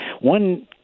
One